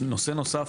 נושא נוסף,